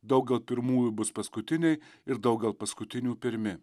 daugiau pirmųjų bus paskutiniai ir daugel paskutinių pirmi